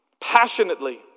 passionately